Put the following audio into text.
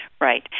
Right